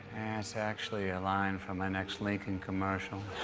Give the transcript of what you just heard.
so actually a line from my next lincoln commercial.